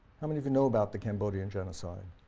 how many of you know about the cambodian genocide?